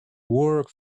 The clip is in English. work